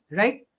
right